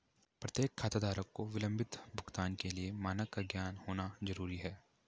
प्रत्येक खाताधारक को विलंबित भुगतान के लिए मानक का ज्ञान होना जरूरी है